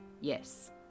yes